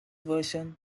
version